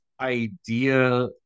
idea